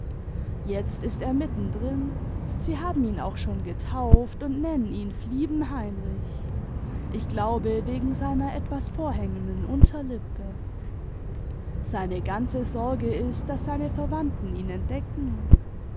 jetzt ist er mitten drin sie haben ihn auch schon getauft und nennen ihn fliebenheinrich ich glaube wegen seiner etwas vorhängenden unterlippe seine ganze sorge ist daß seine verwandten ihn entdecken